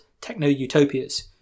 techno-utopias